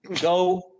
go